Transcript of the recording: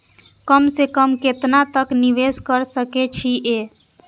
कम से कम केतना तक निवेश कर सके छी ए?